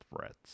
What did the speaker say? threats